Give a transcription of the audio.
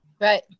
right